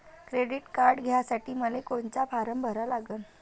Credit card घ्यासाठी मले कोनचा फारम भरा लागन?